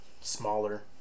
smaller